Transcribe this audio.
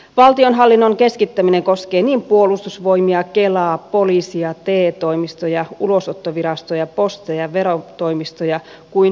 valtionhallinnon keskittäminen koskee niin puolustusvoimia kelaa poliisia te toimistoja ulosottovirastoja posteja verotoimistoja kuin hovioikeuksiakin